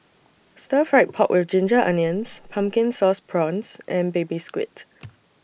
Stir Fried Pork with Ginger Onions Pumpkin Sauce Prawns and Baby Squid